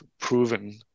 proven